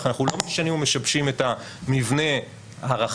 איך אנחנו לא משנים ומשבשים את המבנה הרחב,